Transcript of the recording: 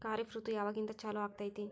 ಖಾರಿಫ್ ಋತು ಯಾವಾಗಿಂದ ಚಾಲು ಆಗ್ತೈತಿ?